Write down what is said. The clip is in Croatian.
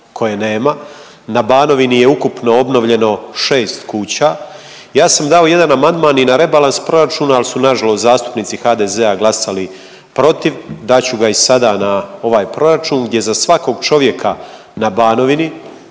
koje nema. Na Banovini je ukupno obnovljeno 6 kuća. Ja sam dao jedan amandman i na rebalans proračuna, ali su na žalost zastupnici HDZ-a glasali protiv. Dat ću ga i sada na ovaj proračun gdje za svakog čovjeka na Banovini,